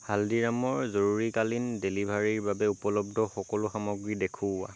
হালদিৰামৰ জৰুৰীকালীন ডেলিভাৰীৰ বাবে উপলব্ধ সকলো সামগ্ৰী দেখুওৱা